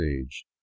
age